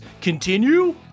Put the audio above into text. continue